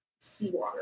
seawater